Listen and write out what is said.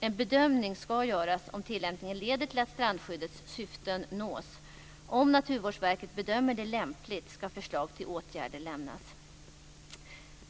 En bedömning ska göras av om tillämpningen leder till att strandskyddets syften nås. Om Naturvårdsverket bedömer det lämpligt ska förslag till åtgärder lämnas.